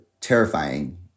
terrifying